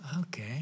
Okay